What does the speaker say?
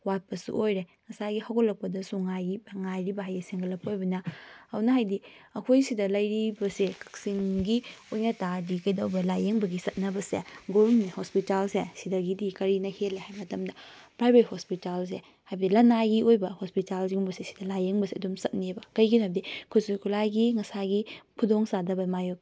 ꯋꯥꯠꯄꯁꯨ ꯑꯣꯏꯔꯦ ꯉꯁꯥꯏꯒꯤ ꯍꯧꯒꯠꯂꯛꯄꯗꯁꯨ ꯉꯥꯏꯔꯤꯕ ꯍꯥꯏꯗꯤ ꯁꯦꯝꯒꯠꯂꯛꯄ ꯑꯣꯏꯕꯅꯤꯅ ꯑꯗꯨꯅ ꯍꯥꯏꯕꯗꯤ ꯑꯩꯈꯣꯏ ꯑꯁꯤꯗ ꯂꯩꯔꯤꯕꯁꯦ ꯀꯛꯆꯤꯡꯒꯤ ꯑꯣꯏꯅ ꯇꯥꯔꯗꯤ ꯀꯩꯗꯧꯕ ꯂꯥꯏꯌꯦꯡꯕꯒꯤ ꯆꯠꯅꯕꯁꯦ ꯒꯣꯔꯃꯦꯟ ꯍꯣꯁꯄꯤꯇꯥꯜꯁꯦ ꯑꯁꯤꯗꯒꯤꯗꯤ ꯀꯔꯤꯅ ꯍꯦꯜꯂꯤ ꯍꯥꯏꯕ ꯃꯇꯝꯗ ꯄ꯭ꯔꯥꯏꯚꯦꯠ ꯍꯣꯁꯄꯤꯇꯥꯜꯁꯦ ꯍꯥꯏꯕꯗꯤ ꯂꯅꯥꯏꯒꯤ ꯑꯣꯏꯕ ꯍꯣꯁꯄꯤꯇꯥꯜ ꯑꯁꯤꯒꯨꯝꯕꯁꯦ ꯑꯁꯤꯗ ꯂꯥꯏꯌꯦꯡꯕꯁꯦ ꯑꯗꯨꯝ ꯆꯠꯅꯦꯕ ꯀꯩꯒꯤꯅꯣ ꯍꯥꯏꯕꯗꯤ ꯈꯨꯠꯁꯨ ꯈꯨꯂꯥꯏꯒꯤ ꯉꯁꯥꯏꯒꯤ ꯈꯨꯗꯣꯡꯆꯥꯗꯕ ꯃꯥꯌꯣꯛ